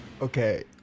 Okay